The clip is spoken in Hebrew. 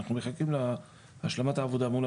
אנחנו מחכים להשלמת העבודה אל מול